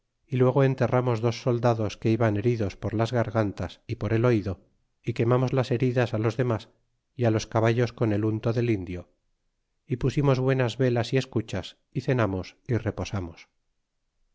é luego enterramos dos soldados que iban heridos por las gargantas y por el oido y quemamos las heridas los demas y los caballos con el unto del indio y pusimos buenas velas y escuchas y cenamos y reposamos